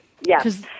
yes